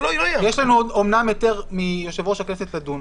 אומנם יש לנו היתר מיושב-ראש הכנסת להמשיך את הדיון,